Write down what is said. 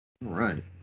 right